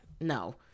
no